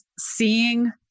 seeing